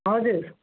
हजुर